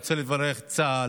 הוא חוקק,